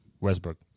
Westbrook